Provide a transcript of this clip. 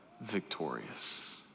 Victorious